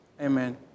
Amen